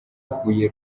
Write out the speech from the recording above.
huye